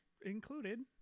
Included